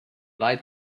lied